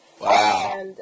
Wow